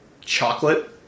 chocolate